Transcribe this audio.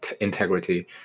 integrity